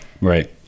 right